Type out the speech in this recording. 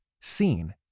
seen